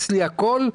אצלי הכול,